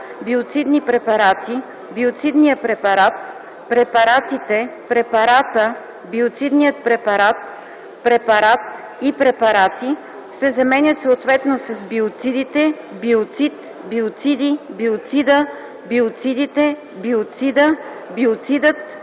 „биоцидни препарати”, „биоцидния препарат”, „препаратите”, „препарата”, „биоцидният препарат”, „препарат” и „препарати” се заменят съответно с „биоцидите”, „биоцид”, „биоциди”, „биоцида”, „биоцидите”, „биоцида”, „биоцидът”,